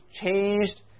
changed